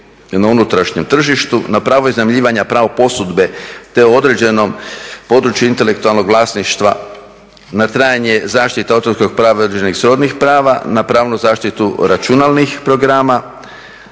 na unutrašnjem tržištu, na pravo iznajmljivanja, pravo posudbe te određenom području intelektualnog vlasništva na trajanje zaštite autorskog prava i određenih srodnih prava, na pravnu zaštitu računalnih programa